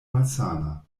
malsana